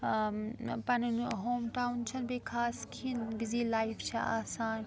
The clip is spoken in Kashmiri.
ٲں پَنٕنۍ ہوم ٹاوُن چھَنہٕ بیٚیہِ خاص کہیٖنۍ بِزی لایف چھِ آسان